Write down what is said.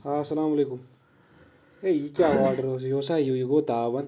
السلام علیکم ہے یہِ کیاہ آرڈر اوس یہِ اوسا یہِ یہِ گوٚو تاون